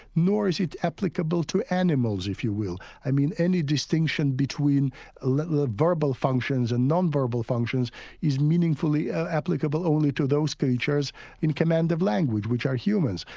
nor is it applicable to animals, if you will. i mean any distinction between ah the verbal functions and non-verbal functions is meaningfully ah applicable only to those creatures in command of language, which are humans.